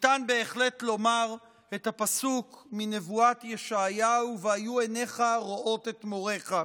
ניתן בהחלט לומר את הפסוק מנבואת ישעיהו: "והיו עיניך ראות את מוריך".